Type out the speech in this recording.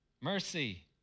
mercy